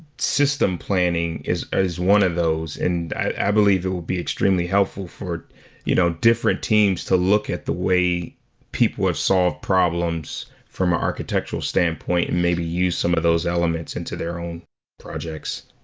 system planning is ah is one of those, and i believe it'd be extremely helpful for you know different teams to look at the way people have solved problems from an architectural standpoint and maybe use some of those elements into their own projects.